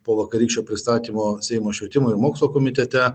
po vakarykščio pristatymo seimo švietimo ir mokslo komitete